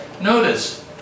Notice